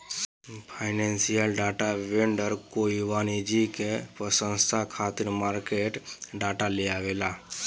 financial data vendor कोई वाणिज्यिक पसंस्था खातिर मार्केट डाटा लेआवेला